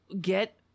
get